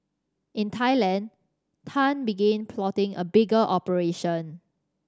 in Thailand Tan began plotting a bigger operation